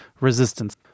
resistance